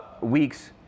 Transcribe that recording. weeks